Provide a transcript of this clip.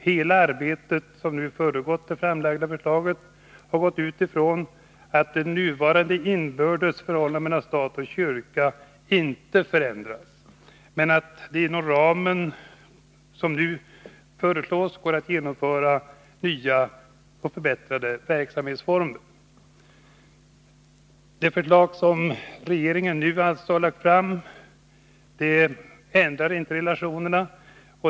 Hela det arbete som föregått de framlagda förslagen har utgått från att det nuvarande inbördes förhållandet mellan stat och kyrka inte förändras, men att det inom den ram som nu föreslås går att genomföra nya och förbättrade verksamhetsformer. De förslag som regeringen nu lagt fram ändrar inte relationerna.